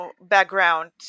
background